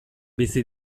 bizi